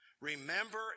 Remember